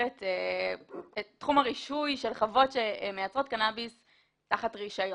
את תחום הרישוי של חוות שמייצרות קנאביס תחת רישיון.